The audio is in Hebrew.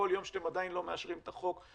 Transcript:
כל יום שאתם עדיין לא מאשרים את החוק,